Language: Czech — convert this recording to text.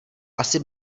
asi